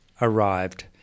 arrived